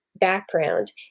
background